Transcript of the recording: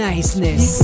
Niceness